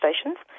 stations